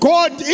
God